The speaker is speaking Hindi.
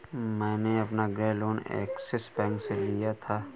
मैंने अपना गृह लोन ऐक्सिस बैंक से ही लिया था